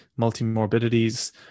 multimorbidities